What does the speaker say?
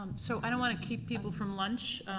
so i don't wanna keep people from lunch.